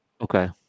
Okay